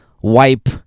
wipe